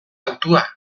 altua